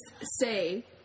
say